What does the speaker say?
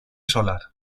solar